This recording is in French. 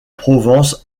provence